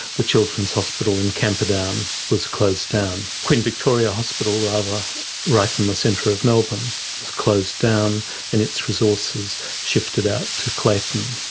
the children's hospital in camperdown was closed down. queen victoria hospital right in the centre of melbourne was closed down and its resources shifted out to clayton,